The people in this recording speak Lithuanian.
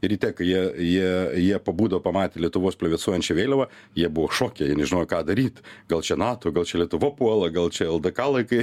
ryte kai jie jie jie pabudo pamatė lietuvos plevėsuojančią vėliavą jie buvo šoke jie nežinojo ką daryt gal čia nato gal čia lietuva puola gal čia ldk laikai